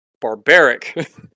barbaric